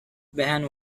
behan